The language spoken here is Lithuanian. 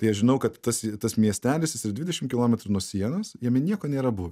tai aš žinau kad tas tas miestelis jis yra dvidešim kilometrų nuo sienos jame nieko nėra buvę